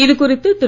இது குறித்து திரு